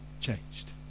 changed